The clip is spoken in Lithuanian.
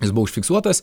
jis buvo užfiksuotas